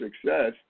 success